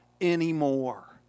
anymore